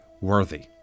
worthy